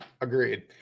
Agreed